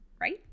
Right